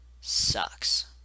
sucks